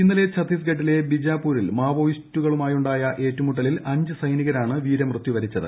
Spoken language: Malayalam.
ഇന്നലെ ഛത്തീസ്ഗഢിലെ ബിജാപൂരിൽ മാവോയിസ്റ്റുമായുണ്ടായ ഏറ്റുമുട്ടലിൽ അഞ്ച് സൈനികരാണ് വീരമൃത്യു വരിച്ചത്